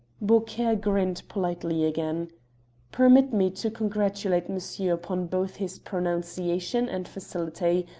beaucaire grinned politely again permit me to congratulate monsieur upon both his pronunciation and facility.